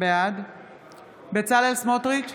בעד בצלאל סמוטריץ'